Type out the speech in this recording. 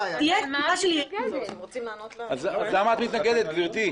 אז למה את מתנגדת, גברתי?